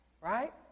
Right